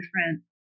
different